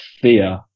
fear